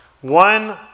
one